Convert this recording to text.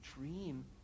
dream